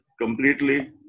completely